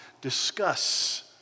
discuss